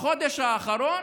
בחודש האחרון